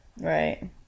Right